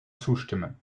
zustimmen